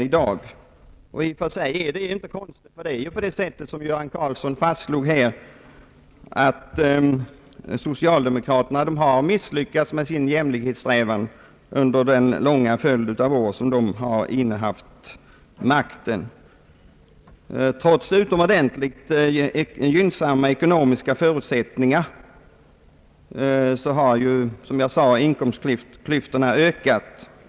I och för sig är det inte märkligt ty det är ju, som herr Göran Karlsson fastslog, så att socialdemokraterna har misslyckats med sin jämlikhetssträvan under den långa följd av år som de innehaft den politiska makten. Trots utomordentligt gynnsamma ekonomiska förutsättningar har, som jag antytt, inkomstklyftorna ökat.